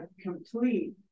complete